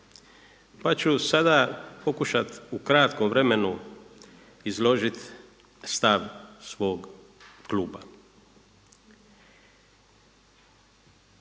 Pa ću sada pokušati u kratkom vremenu izložiti stav svog kluba.